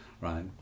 right